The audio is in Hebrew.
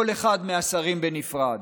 כל אחד מהשרים בנפרד.